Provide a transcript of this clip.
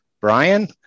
Brian